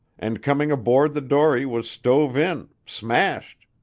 and coming aboard the dory was stove in smashed,